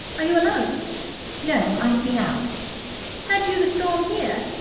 are you alone no. i have been out had you the storm here?